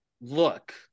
look